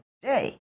today